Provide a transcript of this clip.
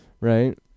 right